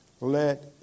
Let